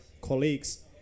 colleagues